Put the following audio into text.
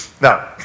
Now